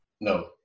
No